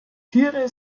tiere